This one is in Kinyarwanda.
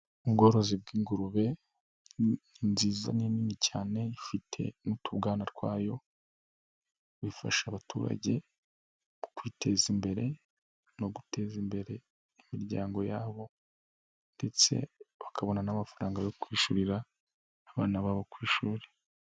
Ubworozi bw'ingurube ni nziza ninini cyane, ifite n'utubwana twayo, bifasha abaturage mu kwiteza imbere no guteza imbere imiryango yabo ndetse bakabona n'amafaranga yo kwishyurira abana babo ku ishuri.